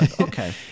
Okay